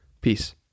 Peace